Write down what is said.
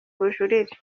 ubujurire